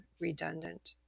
redundant